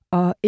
og